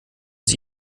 sie